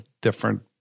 different